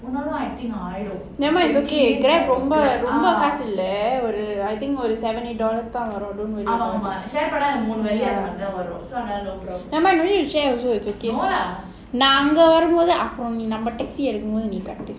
never mind it's okay Grab இன்னைக்கு ரொம்ப காசில்லை:innaiku romba kaasilla I think ஒரு:oru seven eight dollars நாங்க வரும்போது:naanga varumpothu never mind no need to share it's okay வரும்:varum taxi